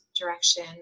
direction